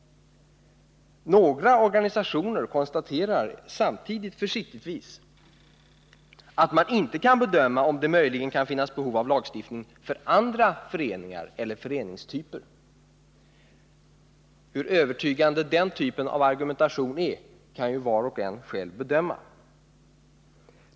Några organisationer konstaterar samtidigt försiktigtvis att man inte kan bedöma om det möjligen kan finnas behov av lagstiftning för andra föreningar eller föreningstyper. Hur övertygande den typen av argumentation är kan var och en själv bedöma.